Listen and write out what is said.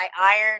iron